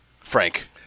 Frank